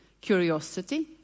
curiosity